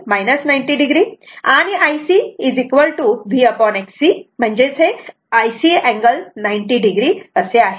म्हणजेच IRVR IL VXL IL angle 90 o आणि IC VXC IC angle 90 o आहे